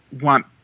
want